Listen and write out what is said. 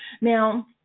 Now